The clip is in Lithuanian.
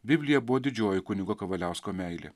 biblija buvo didžioji kunigo kavaliausko meilė